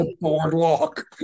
Boardwalk